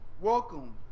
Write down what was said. Welcome